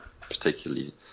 particularly